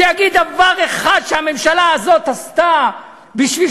שיגיד דבר אחד שהממשלה הזאת עשתה כדי